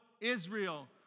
Israel